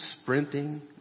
sprinting